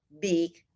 big